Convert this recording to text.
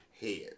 head